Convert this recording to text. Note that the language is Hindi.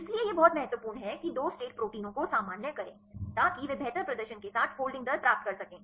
इसलिए यह बहुत महत्वपूर्ण है कि 2 स्टेट प्रोटीनों को सामान्य करें ताकि वे बेहतर प्रदर्शन के साथ फोल्डिंग दर प्राप्त कर सकें